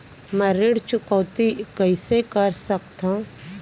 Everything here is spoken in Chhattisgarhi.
मैं ऋण चुकौती कइसे कर सकथव?